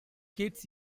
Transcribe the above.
kids